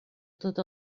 tot